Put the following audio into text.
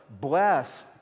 bless